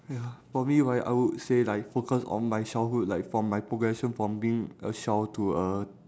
ya for me right I would say like focus on my childhood like from my progression from being a child to a